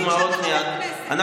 שיקול אישי כשאתה חבר כנסת.